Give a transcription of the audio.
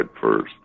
first